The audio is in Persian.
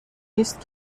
نیست